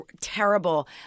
terrible